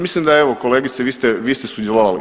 Mislim da evo kolegice vi ste sudjelovali.